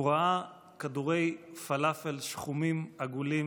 הוא ראה כדורי פלאפל שחומים, עגולים,